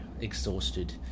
exhausted